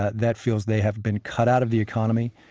that feels they have been cut out of the economy,